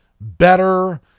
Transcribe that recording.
better